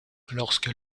lorsque